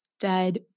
dead